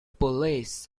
police